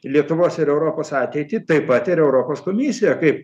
lietuvos ir europos ateitį tai pat ir europos komisija kaip